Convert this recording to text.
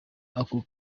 ako